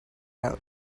out